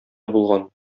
булган